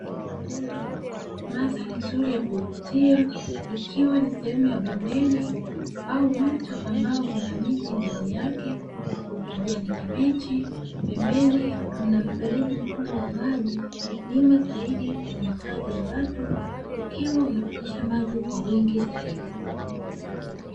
Mandhari nzuri ya kuvutia ikiwa ni sehemu ya bondeni au mto ambao una miti ndani yake ukijani kibichi. Pembeni kuna mfereji mkubwa wa maji, nyuma zaidi Kuna makazi ya watu ukiwa unapitisha maji kwa wingi zaidi.